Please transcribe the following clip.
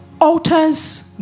altars